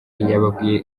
yababwiye